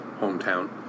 hometown